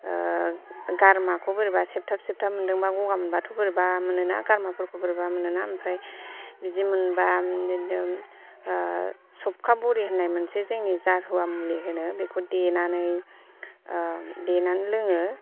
गारामाखौ बोरैबा सेबथाब सेबथाब मोनदोंबा गगा मोनबाथ' बोरैबा मोनोना गारामाफोरखौ बोरैबा मोनोना ओमफ्राय बिदि मोनबा सबखा बरि होननाय मोनसे जोंनि जाह्रुवा मुलि होनो बेखौ देनानै देनानै लोङो